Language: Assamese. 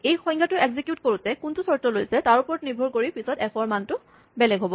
এই সংজ্ঞাটো এক্সিকিউট কৰোঁতে কোনটো চৰ্ত লৈছে তাৰ ওপৰত নিৰ্ভৰ কৰি পিচত এফ ৰ মান বেলেগ হ'ব